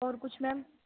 اور کچھ میم